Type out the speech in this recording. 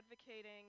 advocating